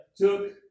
took